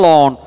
on